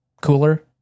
cooler